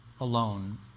alone